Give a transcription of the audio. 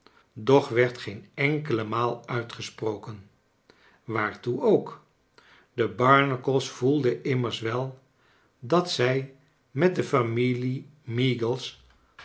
doch werd geen enkele maal uitgesproken waartoe ook de barnacles voelden immers wel dat zij met de familie